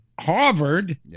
Harvard